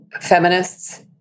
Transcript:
feminists